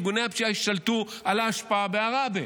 ארגוני הפשיעה השתלטו על ההשפעה בעראבה.